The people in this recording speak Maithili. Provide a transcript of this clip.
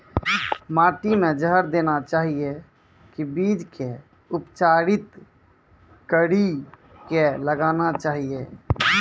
माटी मे जहर देना चाहिए की बीज के उपचारित कड़ी के लगाना चाहिए?